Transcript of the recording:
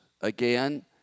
Again